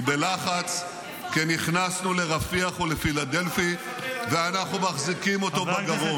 הוא בלחץ כי נכנסנו לרפיח ולציר פילדלפי ואנחנו מחזיקים אותו בגרון.